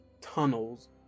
tunnels